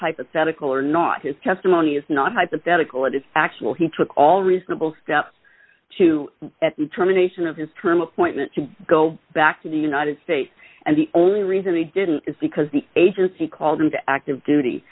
hypothetical or not his testimony is not hypothetical it is actual he took all reasonable steps to at the terminations of his term appointment to go back to the united states and the only reason he didn't is because the agency called him to active duty